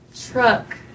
truck